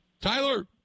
Tyler